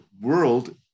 world